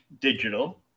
digital